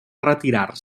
retirar